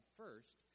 first